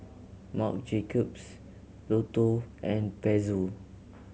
Marc Jacobs Lotto and Pezzo